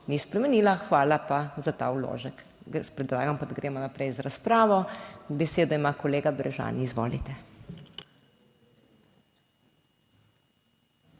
ni spremenila, hvala pa za ta vložek. Predlagam, da gremo naprej z razpravo. Besedo ima kolega Brežan, izvolite.